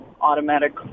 automatic